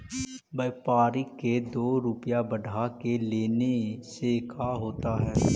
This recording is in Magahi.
व्यापारिक के दो रूपया बढ़ा के लेने से का होता है?